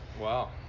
Wow